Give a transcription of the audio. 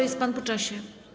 Jest pan po czasie.